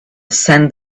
sand